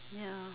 ya